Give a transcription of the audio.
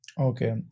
Okay